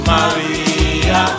Maria